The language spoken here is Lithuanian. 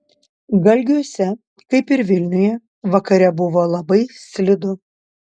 galgiuose kaip ir vilniuje vakare buvo labai slidu